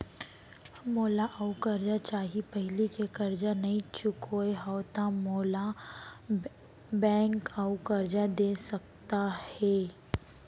मोला अऊ करजा चाही पहिली के करजा नई चुकोय हव त मोल ला बैंक अऊ करजा दे सकता हे?